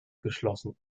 geschlossen